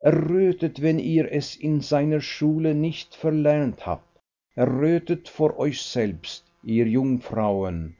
errötet wenn ihr es in seiner schule nicht verlernt habt errötet vor euch selbst ihr jungfrauen